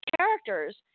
characters